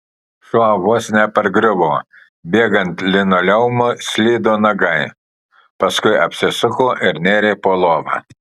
šuo vos nepargriuvo bėgant linoleumu slydo nagai paskui apsisuko ir nėrė po lova